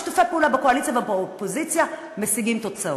ושיתופי פעולה בקואליציה ובאופוזיציה משיגים תוצאות.